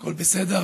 הכול בסדר.